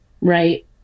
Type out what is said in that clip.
right